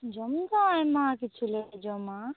ᱡᱚᱢ ᱧᱩ ᱫᱚ ᱟᱭᱢᱟ ᱠᱤᱪᱷᱩᱞᱮ ᱡᱚᱢᱟ